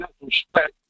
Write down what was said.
respect